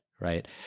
Right